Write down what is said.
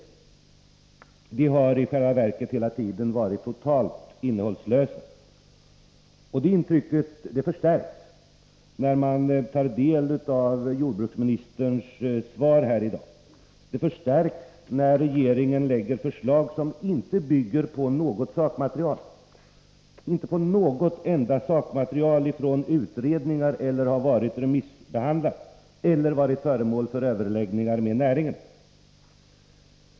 Orden har i själva verket hela tiden varit totalt innehållslösa. Detta intryck förstärks när man tar del av jordbruksministerns svar här i dag. Det förstärks, när regeringen lägger fram förslag som inte bygger på något som helst sakmaterial från utredningar, inte har remissbehandlats eller varit föremål för överläggningar med näringen.